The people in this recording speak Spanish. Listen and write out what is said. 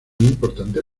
importante